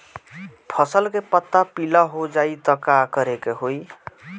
फसल के पत्ता पीला हो जाई त का करेके होई?